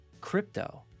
crypto